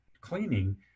cleaning